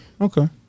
Okay